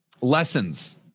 lessons